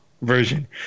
Version